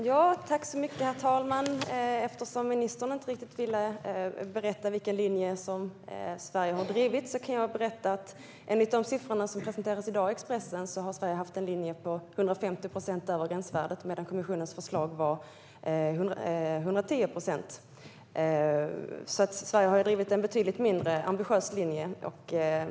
Herr talman! Eftersom ministern inte riktigt ville berätta vilken linje Sverige har drivit kan jag berätta att enligt de siffror som presenterades i dag i Expressen har Sverige haft en linje på 150 procent över gränsvärdet medan kommissionens förslag var 110 procent. Sverige har alltså drivit en betydligt mindre ambitiös linje.